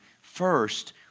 first